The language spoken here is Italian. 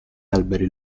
alberi